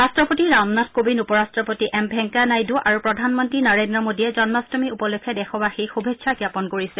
ৰাট্টপতি ৰামনাথ কোবিন্দ উপৰাট্টপতি এম ভেংকেয়া নাইডু আৰু প্ৰধানমন্ত্ৰী নৰেন্দ্ৰ মোদীয়ে জন্মাট্টমী উপলক্ষে দেশবাসীক শুভেচ্ছা জ্ঞাপন কৰিছে